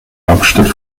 hauptstadt